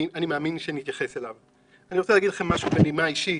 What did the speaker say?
אני רוצה להגיד משהו בנימה אישית.